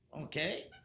okay